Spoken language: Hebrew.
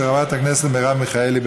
של חברת הכנסת מרב מיכאלי.